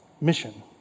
mission